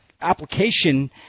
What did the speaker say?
application